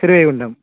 Srivaikuntam